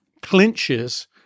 clinches